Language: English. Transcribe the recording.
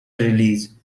release